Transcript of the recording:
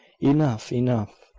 enough, enough.